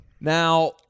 Now